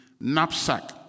knapsack